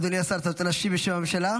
אדוני השר, אתה רוצה להשיב בשם הממשלה?